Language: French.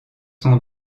son